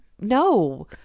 No